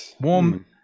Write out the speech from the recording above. Warm